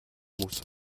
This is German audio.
muss